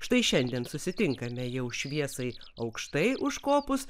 štai šiandien susitinkame jau šviesai aukštai užkopus